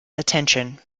attention